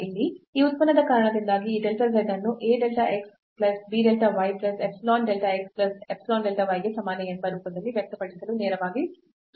ಇಲ್ಲಿ ಈ ಉತ್ಪನ್ನದ ಕಾರಣದಿಂದಾಗಿ ಈ delta z ಅನ್ನು a delta x plus b delta y plus epsilon delta x plus epsilon delta y ಗೆ ಸಮಾನ ಎಂಬ ರೂಪದಲ್ಲಿ ವ್ಯಕ್ತಪಡಿಸಲು ನೇರವಾಗಿ ತುಂಬಾ ಸುಲಭವಾಗಿದೆ